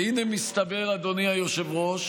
והינה, מסתבר, אדוני היושב-ראש,